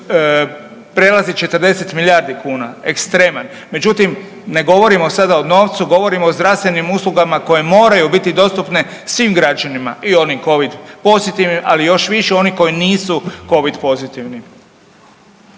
prelaze 40 milijardi kuna, ekstreman, međutim ne govorimo sada o novu govorimo o zdravstvenim uslugama koje moraju biti dostupne svim građanima i onim covid pozitivnim, ali još više oni koji nisu covid pozitivni.